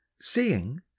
seeing